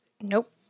Nope